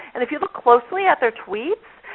and if you look closely at their tweets,